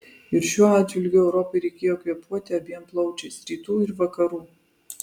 ir šiuo atžvilgiu europai reikėjo kvėpuoti abiem plaučiais rytų ir vakarų